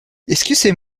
excusez